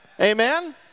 Amen